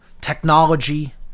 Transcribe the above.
technology